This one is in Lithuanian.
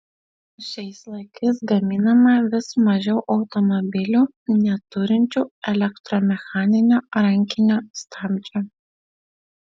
šiais laikais gaminama vis mažiau automobilių neturinčių elektromechaninio rankinio stabdžio